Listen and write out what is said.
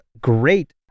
great